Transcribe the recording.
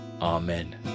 Amen